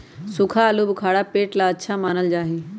सूखा आलूबुखारा पेट ला अच्छा मानल जा हई